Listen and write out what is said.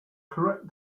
correct